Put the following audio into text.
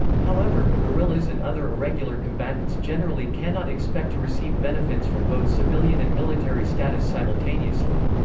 however, guerrillas and other irregular combatants generally cannot expect to receive benefits from both civilian and military status simultaneously.